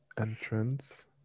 entrance